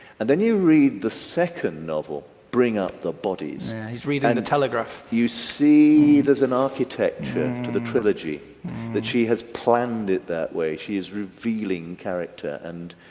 and then you read the second novel bring up the bodies he's reading and a telegraph you see there's an architecture to the trilogy that she has planned it that way she is revealing character and,